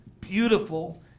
beautiful